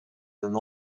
than